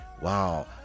wow